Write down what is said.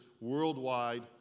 worldwide